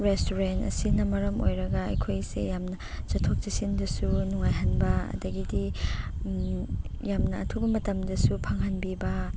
restaurant ꯑꯁꯤꯅ ꯃꯔꯝ ꯑꯣꯏꯔꯒ ꯑꯩꯈꯣꯏꯁꯦ ꯌꯥꯝꯅ ꯆꯠꯊꯣꯛ ꯆꯠꯁꯤꯟꯗꯁꯨ ꯅꯨꯡꯉꯥꯏꯍꯟꯕ ꯑꯗꯒꯤꯗꯤ ꯌꯥꯝꯅ ꯑꯊꯨꯕ ꯃꯇꯝꯗꯁꯨ ꯐꯪꯍꯟꯕꯤꯕ